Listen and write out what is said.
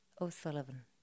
O'Sullivan